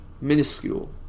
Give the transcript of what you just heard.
minuscule